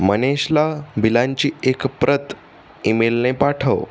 मनेशला बिलांची एक प्रत ईमेलने पाठव